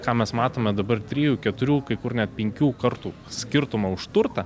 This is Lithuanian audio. ką mes matome dabar trijų keturių kai kur net penkių kartų skirtumą už turtą